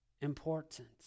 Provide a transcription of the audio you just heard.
important